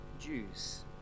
Jews